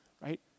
right